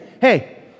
Hey